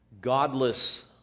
godless